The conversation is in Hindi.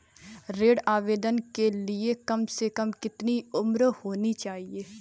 ऋण आवेदन के लिए कम से कम कितनी उम्र होनी चाहिए?